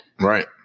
Right